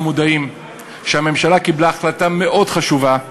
מודעים לכך שהממשלה קיבלה החלטה מאוד חשובה